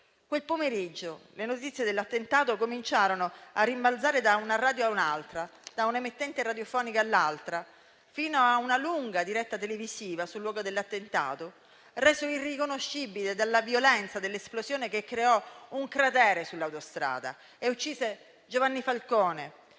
Quel pomeriggio le notizie dell'attentato cominciarono a rimbalzare da una radio all'altra, da un'emittente radiofonica all'altra, fino a una lunga diretta televisiva sul luogo dell'attentato, reso irriconoscibile dalla violenza dell'esplosione, che creò un cratere sull'autostrada e uccise Giovanni Falcone,